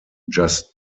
just